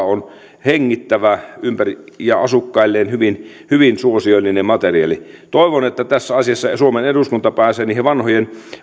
on hengittävä ja asukkailleen hyvin hyvin suosiollinen materiaali toivon että tässä asiassa suomen eduskunta pääsee niiden vanhojen